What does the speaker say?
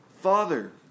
Father